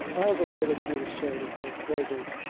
i have a word or two to say to harry clavering,